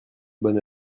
bonne